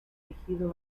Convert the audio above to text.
tejido